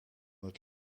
het